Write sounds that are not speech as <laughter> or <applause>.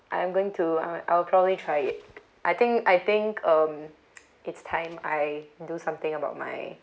I am going to I I will probably try it I think I think um <noise> it's time I do something about my